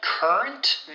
Current